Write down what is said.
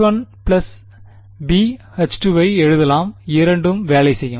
நான் ஒரு H1 b H2 ஐ எழுதலாம் இரண்டும் வேலை செய்யும்